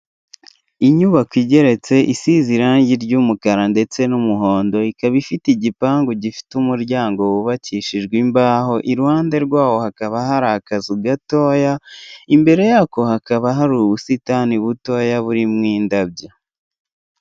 Inyubako igeretse isize irangi ry'umukara ndetse n'umuhondo. Ikaba ifite igipangu gifite umuryango wubakishijwe imbaho, iruhande rwawo hakaba har'akazu gatoya, imbere yako hakaba har'ubusitani butoya burimo indabyo